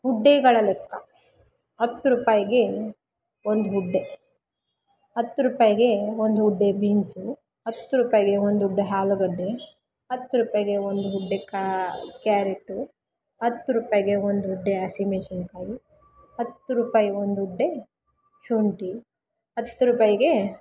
ಗುಡ್ಡೆಗಳ ಲೆಕ್ಕ ಹತ್ತು ರೂಪಾಯಿಗೆ ಒಂದು ಗುಡ್ಡೆ ಹತ್ತು ರೂಪಾಯಿಗೆ ಒಂದು ಗುಡ್ಡೆ ಬೀನ್ಸು ಹತ್ತು ರೂಪಾಯಿಗೆ ಒಂದು ಗುಡ್ಡೆ ಆಲುಗಡ್ಡೆ ಹತ್ತು ರೂಪಾಯಿಗೆ ಒಂದು ಗುಡ್ಡೆ ಕ್ಯಾರೆಟು ಹತ್ತು ರೂಪಾಯಿಗೆ ಒಂದು ಗುಡ್ಡೆ ಹಸಿಮೆಣಸಿನಕಾಯಿ ಹತ್ತು ರೂಪಾಯಿಗೆ ಒಂದು ಗುಡ್ಡೆ ಶುಂಠಿ ಹತ್ತು ರೂಪಾಯಿಗೆ